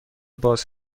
باز